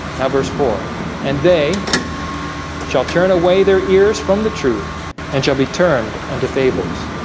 now verse four and they shall turn away their ears from the truth and shall be turned unto fables